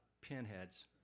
pinheads